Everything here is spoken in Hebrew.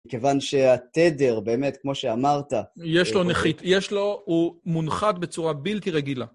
כיוון שהתדר, באמת, כמו שאמרת... יש לו נחית, יש לו... הוא מונחת בצורה בלתי רגילה.